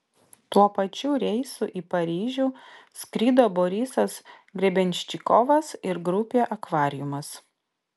tuo pačiu reisu į paryžių skrido borisas grebenščikovas ir grupė akvariumas